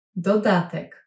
Dodatek